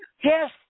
Yes